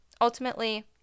ultimately